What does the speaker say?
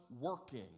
working